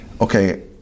okay